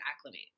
acclimate